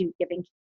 giving